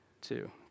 two